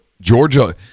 Georgia